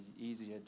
easier